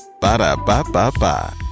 Ba-da-ba-ba-ba